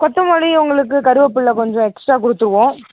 கொத்தமல்லி உங்களுக்கு கருவேப்பிலை கொஞ்சம் எக்ஸ்ட்டா கொடுத்துருவோம்